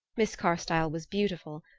miss carstyle was beautiful,